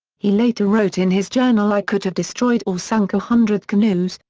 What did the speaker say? he later wrote in his journal i could have destroyed or sunk a hundred canoes,